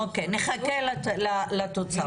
אוקיי, נחכה לתוצאות.